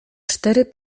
cztery